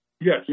Yes